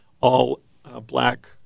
all-black